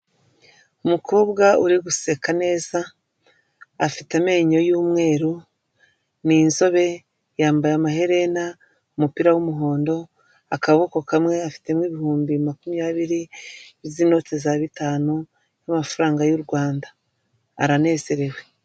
Umukobwa uri guseka neza, afite amenyo y'umweru, ni inzobe, yambaye amaherena, umupira w'umuhondo, akaboko kamwe, afitemo ibihumbi makumyabiri, z'inote za bitanu, y'amafaranga y'u Rwanda aranezerewe.